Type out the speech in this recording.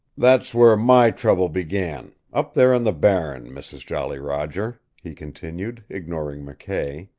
that's where my trouble began up there on the barren, mrs. jolly roger, he continued, ignoring mckay.